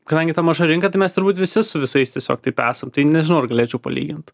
kadangi ta maža rinka tai mes turbūt visi su visais tiesiog taip esam tai nežinau ar galėčiau palygint